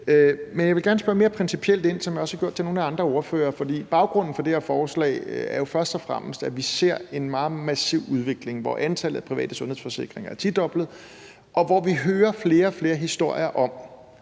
Men jeg vil gerne spørge mere principielt ind til noget, sådan som jeg også har gjort til nogle af de andre ordførere. Baggrunden for det her forslag er jo først og fremmest, at vi ser en meget massiv udvikling, hvor antallet af private sundhedsforsikringer er tidoblet, og vi hører flere og flere historier om,